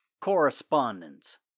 correspondence